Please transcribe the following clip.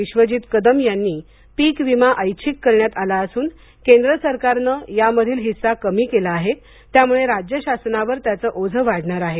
विश्वजीत कदम यांनी पीकविमा ऐच्छिक करण्यात आला असून केंद्र सरकारने यामधील हिस्सा कमी केला आहे त्यामुळे राज्य शासनावर त्याचं ओझं वाढणार आहे